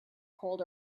cold